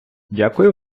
дякую